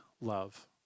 love